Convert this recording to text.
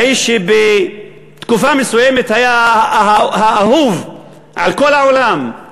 האיש שבתקופה מסוימת היה האהוב על כל העולם,